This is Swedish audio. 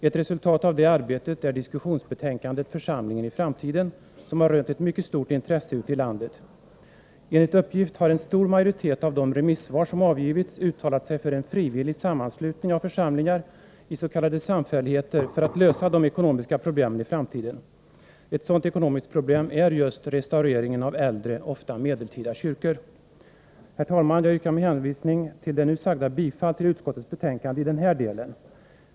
Ett resultat av det arbetet är diskussionsbetänkandet ”Församlingen i framtiden” som har rönt ett mycket stort intresse ute i landet. Enligt uppgift har en stor majoritet av de remissvar som avgivits uttalat sig för en frivillig sammanslutning av församlingar i s.k. samfälligheter för att lösa de ekonomiska problemen i framtiden. Ett sådant ekonomiskt problem är just restaureringen av äldre, ofta medeltida kyrkor. Herr talman! Jag yrkar med hänvisning till det nu sagda bifall till utskottets hemställan i den här delen.